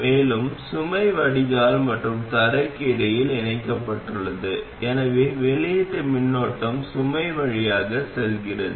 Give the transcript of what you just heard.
மேலும் சுமை வடிகால் மற்றும் தரைக்கு இடையில் இணைக்கப்பட்டுள்ளது எனவே வெளியீட்டு மின்னோட்டம் சுமை வழியாக செல்கிறது